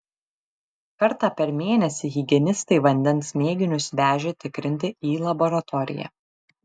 kartą per mėnesį higienistai vandens mėginius vežė tikrinti į laboratoriją